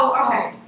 okay